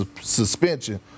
suspension